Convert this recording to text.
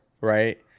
right